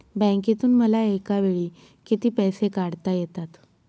बँकेतून मला एकावेळी किती पैसे काढता येतात?